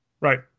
Right